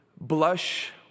blush